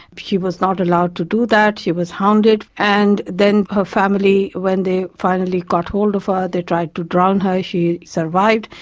she was not allowed to do that, she was hounded. and then her family, when they finally got hold of her they tried to drown her. she survived.